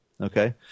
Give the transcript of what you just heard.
Okay